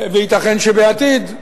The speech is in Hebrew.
וייתכן שבעתיד,